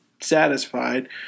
satisfied